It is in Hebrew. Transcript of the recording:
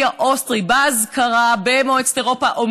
האוסטרי אומר באזכרה במועצת אירופה: